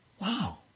Wow